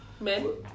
Men